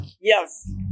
Yes